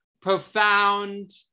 profound